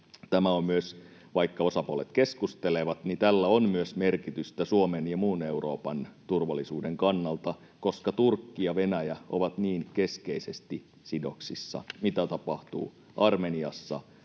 sinne teki. Vaikka osapuolet keskustelevat, niin tällä on myös merkitystä Suomen ja muun Euroopan turvallisuuden kannalta, koska Turkki ja Venäjä ovat niin keskeisesti sidoksissa siihen, mitä tapahtuu Armeniassa